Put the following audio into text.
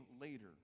later